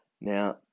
Now